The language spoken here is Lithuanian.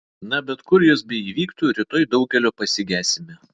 na bet kur jos beįvyktų rytoj daugelio pasigesime